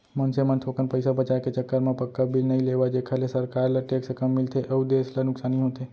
मनसे मन थोकन पइसा बचाय के चक्कर म पक्का बिल नइ लेवय जेखर ले सरकार ल टेक्स कम मिलथे अउ देस ल नुकसानी होथे